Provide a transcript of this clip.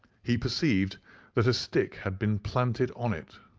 he perceived that a stick had been planted on it,